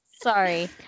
Sorry